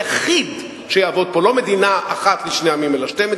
שהיא הקמת מדינה פלסטינית בגבולות 67',